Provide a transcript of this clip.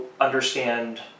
understand